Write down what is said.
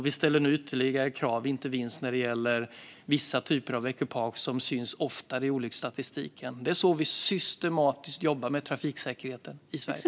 Vi ställer nu ytterligare krav när det inte minst gäller vissa typer av ekipage som syns oftare i olycksstatistiken. Det är så vi systematiskt jobbar med trafiksäkerheten i Sverige.